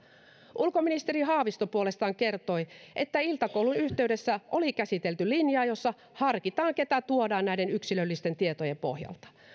ulkoministeri haavisto puolestaan kertoi että iltakoulun yhteydessä oli käsitelty linjaa jossa harkitaan keitä tuodaan näiden yksilöllisten tietojen pohjalta